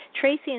Tracy